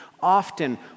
Often